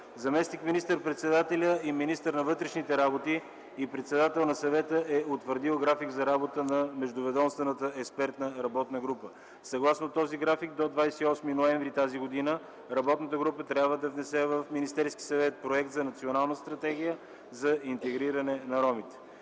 Заместник министър-председателят и министър на вътрешните работи и председател на Съвета е утвърдил график за работа на междуведомствената експертна работна група. Съгласно този график до 28 ноември тази година работната група трябва да внесе в Министерския съвет проект за Национална стратегия за интегриране на ромите.